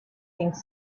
things